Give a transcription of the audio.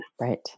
Right